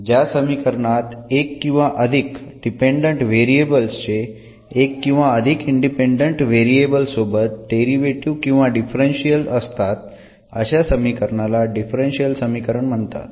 ज्या समीकरणात एक किंवा अधिक डिपेंडंट व्हेरिएबल्स चे एक किंवा अधिक इंडिपेंडंट व्हेरिएबल्स सोबत डेरिव्हेटिव्ह किंवा डिफरन्शियल्स असतात अशा समीकरणाला डिफरन्शियल समीकरण म्हणतात